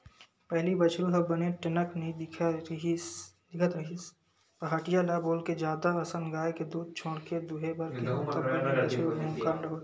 पहिली बछरु ह बने टनक नइ दिखत रिहिस पहाटिया ल बोलके जादा असन गाय के दूद छोड़ के दूहे बर केहेंव तब बने बछरु भोकंड होगे